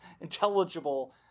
intelligible